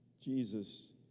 Jesus